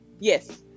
Yes